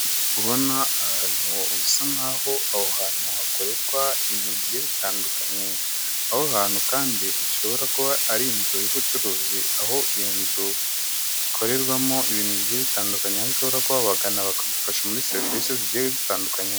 Kubona ahantu bisa nk'aho aho hantu hakorerwa ibintu bigiye bitandukanye, aho hantu kandi bishobora kuba ari inzu y'ubucuruzi, aho iyo nzu ikorerwamo ibintu bigiye bitandukanye aho ushobora kuba wabagana bakagufasha muri serivisi zigiye zitandukanye.